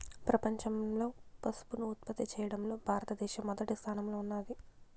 ప్రపంచంలో పసుపును ఉత్పత్తి చేయడంలో భారత దేశం మొదటి స్థానంలో ఉన్నాది